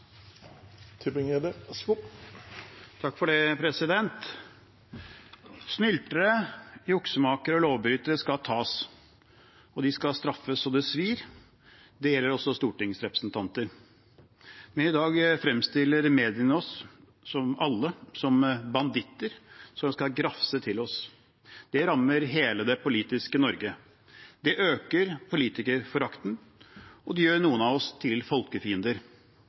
skal straffes så det svir – det gjelder også stortingsrepresentanter. Men i dag fremstiller mediene oss alle som banditter som skal grafse til seg. Det rammer hele det politiske Norge. Det øker politikerforakten, og det gjør noen av oss til